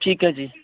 ਠੀਕ ਹੈ ਜੀ